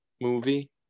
movie